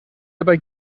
dabei